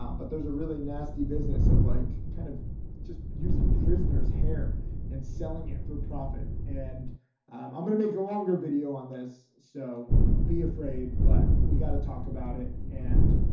um but there's a really nasty business of like, kind of just using prisoners' hair and selling it for profit. and i'm gonna make a longer video on this. so be afraid, but we got to talk about it. and,